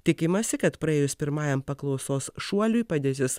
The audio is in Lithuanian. tikimasi kad praėjus pirmajam paklausos šuoliui padėtis